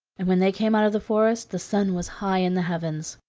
and when they came out of the forest the sun was high in the heavens.